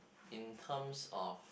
in terms of